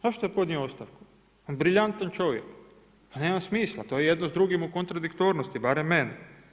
Zašto je podnio ostavku, briljantan čovjek, nema smisla, to je jedno s drugim u kontradiktornosti, barem meni.